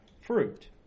fruit